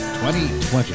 2020